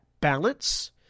balance